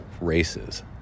races